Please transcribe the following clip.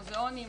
מוזיאונים,